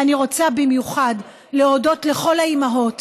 ואני רוצה במיוחד להודות לכל האימהות